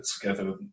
together